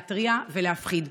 להתריע ולהפחיד.